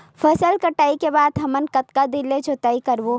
फसल कटाई के बाद हमन कतका दिन जोताई करबो?